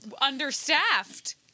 understaffed